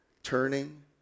turning